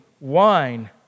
wine